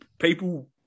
people